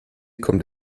kommt